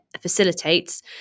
facilitates